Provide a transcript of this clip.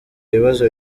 ibibazo